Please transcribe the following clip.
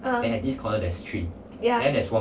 uh ya